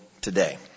today